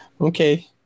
Okay